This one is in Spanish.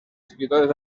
escritores